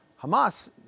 Hamas